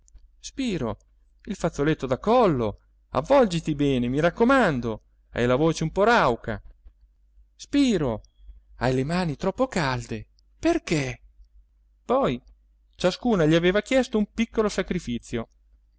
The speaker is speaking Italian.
spiro il fazzoletto da collo avvolgiti bene mi raccomando hai la voce un po rauca spiro hai le mani troppo calde perché poi ciascuna gli aveva chiesto un piccolo sacrifizio